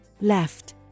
Left